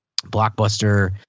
blockbuster